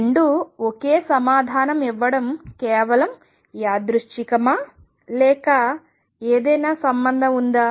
రెండూ ఒకే సమాధానం ఇవ్వడం కేవలం యాదృచ్చికమా లేదా ఏదైనా సంబంధం ఉందా